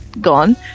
gone